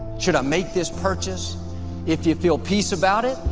should i make this purchase if you feel peace about it,